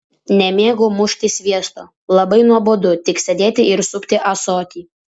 nemėgau mušti sviesto labai nuobodu tik sėdėti ir supti ąsotį